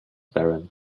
barren